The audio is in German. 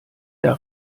der